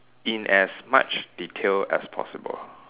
in as much detail as possible